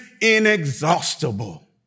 inexhaustible